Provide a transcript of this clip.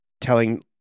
telling